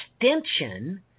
extension